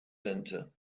center